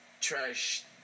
trash